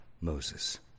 Moses